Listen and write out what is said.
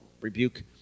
rebuke